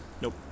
Nope